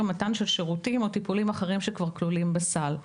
מתן של שירותים או טיפולים אחרים שכבר כלולים בסל.